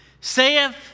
saith